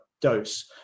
dose